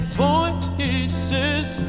voices